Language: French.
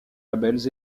labels